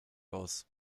aus